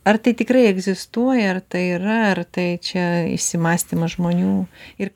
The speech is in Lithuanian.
ar tai tikrai egzistuoja ar tai yra ar tai čia įsimąstymas žmonių ir